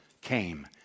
came